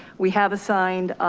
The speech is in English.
we have assigned